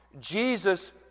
Jesus